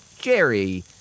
Jerry